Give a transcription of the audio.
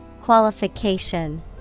Qualification